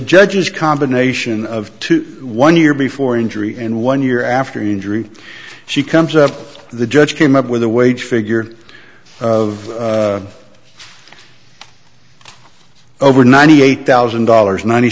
judges combination of two one year before injury and one year after year three she comes up the judge came up with a wage figure of over ninety eight thousand dollars ninety